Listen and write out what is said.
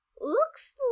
Looks